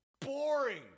boring